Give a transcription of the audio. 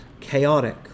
chaotic